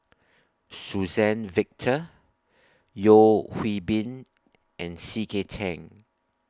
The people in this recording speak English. Suzann Victor Yeo Hwee Bin and C K Tang